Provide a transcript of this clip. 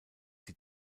die